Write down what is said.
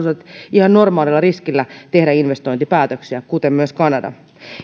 ihan normaalilla riskillä tehdä investointipäätöksiä kuten myös kanada